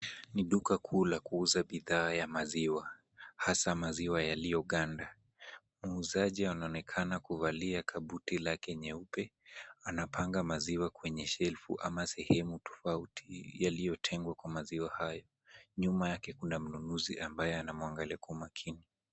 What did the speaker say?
Ni duka kuu la kuuza bidhaa ya maziwa, hasa maziwa yaliyoganda. Muuzaji anaonekana kuvalia kabuti lake nyeupe, anapanga maziwa kwenye shelfu ama sehemu tofauti yaliyotengwa kwa maziwa hayo. Nyuma yake kuna mnunuzi ambaye anamwangalia kwa makini.